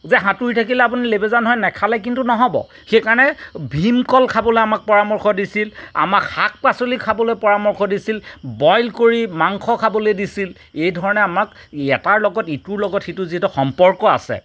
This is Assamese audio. যে সাঁতুৰি থাকিলে আপুনি লেবেজান হৈ নেখালে কিন্তু নহ'ব সেইকাৰণে ভীমকল খাবলৈ আমাক পৰামৰ্শ দিছিল আমাক শাক পাচলি খাবলৈ পৰামৰ্শ দিছিল বইল কৰি মাংস খাবলে দিছিল এই ধৰণে আমাক এটাৰ লগত ইটোৰ লগত সিটোৰ যিহেতু সম্পৰ্ক আছে